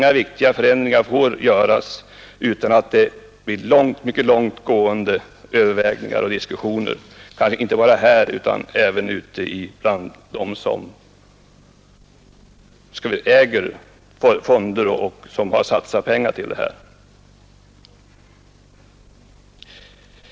Inga viktiga förändringar får göras utan att de föregås av mycket ingående överväganden och diskussioner och detta inte bara här i riksdagen utan även bland dem som ytterst äger fonderna och satsat pengarna där.